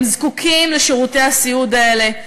הם זקוקים לשירותי הסיעוד האלה.